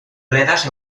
bledes